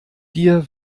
dir